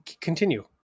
Continue